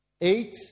eight